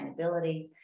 sustainability